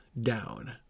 down